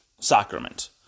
sacrament